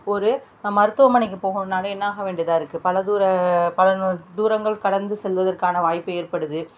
ஒரு மருத்துவமனைக்கு போகணுனாலே என்னாக வேண்டிதாயிருக்கு பல தூர பல தூரங்கள் கடந்து செல்வதற்கான வாய்ப்பு ஏற்படுது